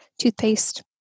toothpaste